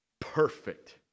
perfect